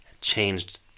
changed